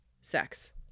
sex